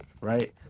right